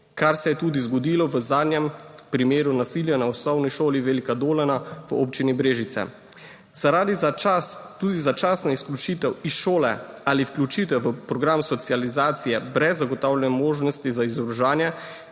kar se je tudi zgodilo v zadnjem primeru nasilja na Osnovni šoli Velika Dolana v občini Brežice. Tudi začasna izključitev iz šole ali vključitev v program socializacije brez zagotavljanja možnosti za izobraževanje,